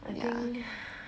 I think